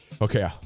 Okay